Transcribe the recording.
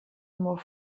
molt